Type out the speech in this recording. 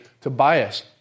Tobias